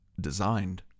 designed